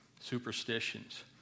Superstitions